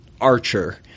archer